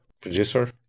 producer